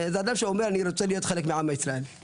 זה אדם שאומר "אני רוצה להיות חלק מהעם היהודי".